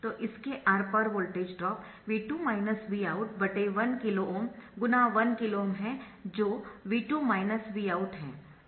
तो इसके आर पार voltage drop V2 Vout1 KΩ × 1 KΩ है जो V2 Vout है